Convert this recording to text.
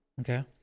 Okay